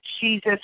Jesus